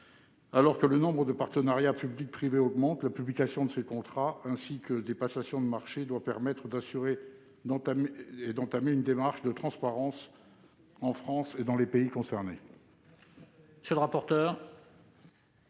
Alors que le nombre de PPP augmente, la publication de ces contrats et des passations de marchés doit permettre d'entamer une démarche de transparence, en France et dans les pays concernés.